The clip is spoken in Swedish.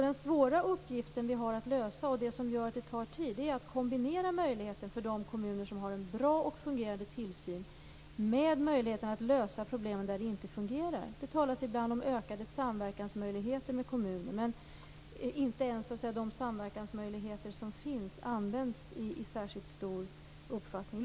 Den svåra uppgiften vi har att lösa och som gör att det tar tid är att kombinera möjligheten för de kommuner som har en bra och fungerande tillsyn med möjligheten att lösa problemen där det inte fungerar. Det talas ibland om ökade samverkansmöjligheter med kommuner. Men inte ens de samverkansmöjligheter som finns används i särskilt stor omfattning.